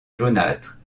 jaunâtre